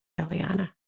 Eliana